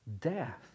death